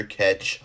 catch